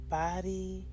body